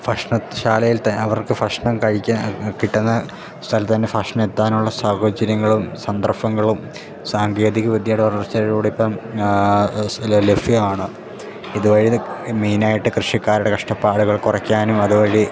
ഭക്ഷണ ശാലയിൽ ത അവർക്ക് ഭക്ഷണം കഴിക്കാൻ കിട്ടുന്ന സ്ഥലത്ത് തന്നെ ഭക്ഷണം എത്താനുള്ള സാഹചര്യങ്ങളും സന്ദർഭങ്ങളും സാങ്കേതിക വിദ്യയുടെ വളർച്ചയിലൂടെ ഇപ്പം ലഭ്യമാണ് ഇത് വഴി മെയിനായിട്ട് കൃഷിക്കാരുടെ കഷ്ടപ്പാടുകൾ കുറക്കാനും അതുവഴി